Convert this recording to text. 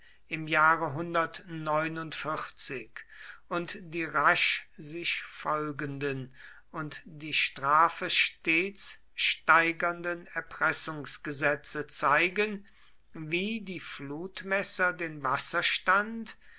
im jahre und die rasch sich folgenden und die strafe stets steigernden erpressungsgesetze zeigen wie die flutmesser den wasserstand